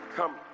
Come